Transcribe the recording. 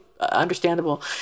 understandable